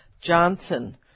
Johnson